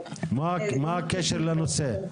מה הקשר לנושא?